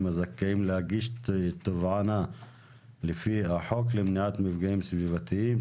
הזכאים להגיש תובענה לפי החוק למניעת מפגעים סביבתיים,